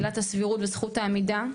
עילת הסבירות וזכות העמידה,